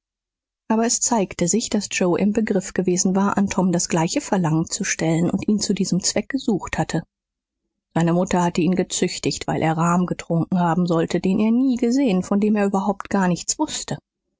aber es zeigte sich daß joe im begriff gewesen an tom das gleiche verlangen zu stellen und ihn zu diesem zweck gesucht hatte seine mutter hatte ihn gezüchtigt weil er rahm getrunken haben sollte den er nie gesehen von dem er überhaupt gar nichts wußte